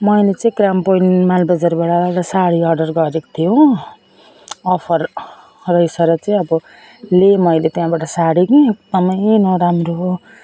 मैले चाहिँ ग्राम पोइन्ट मालबजारबाट एउटा साडी अर्डर गरेको थिएँ हो अफर रहेछ र चाहिँ अब लिएँ मैले त्यहाँबाट साडी कि एकदमै नराम्रो